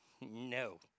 no